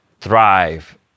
thrive